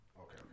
okay